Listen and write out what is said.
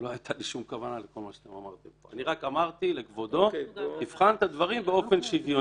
יכו להיות ששגינו